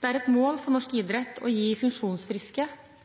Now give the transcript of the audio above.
Det er et mål for norsk idrett å gi funksjonsfriske